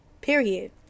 Period